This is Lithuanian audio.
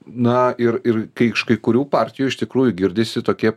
na ir ir kai iš kai kurių partijų iš tikrųjų girdisi tokie